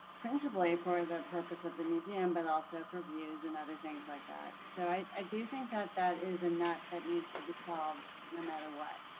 principal a for the purpose of the museum, but also for views and other things like that. so i i do think that that is a not that needs to be solved, no matter what.